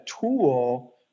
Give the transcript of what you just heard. tool